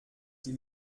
die